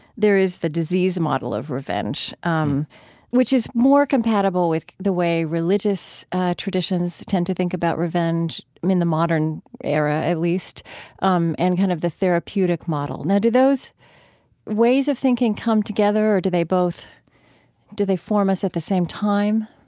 there is the disease model of revenge, um which is more compatible with the way religious traditions tend to think about revenge in the modern era, at least um and kind of the therapeutic model. now do those ways of thinking come together or do they both do they form us at the same time?